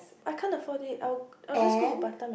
I can't afford it I will I will just go to Batam and